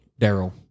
Daryl